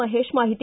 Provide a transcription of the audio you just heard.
ಮಹೇಶ ಮಾಹಿತಿ